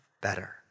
better